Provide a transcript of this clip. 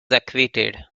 acquitted